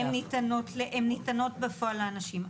-- הם ניתנות בפועל לאנשים.